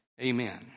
Amen